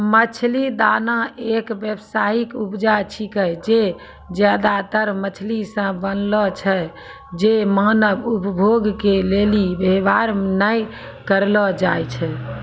मछली दाना एक व्यावसायिक उपजा छिकै जे ज्यादातर मछली से बनलो छै जे मानव उपभोग के लेली वेवहार नै करलो जाय छै